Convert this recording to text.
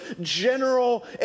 general